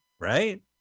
Right